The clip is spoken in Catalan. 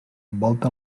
envolta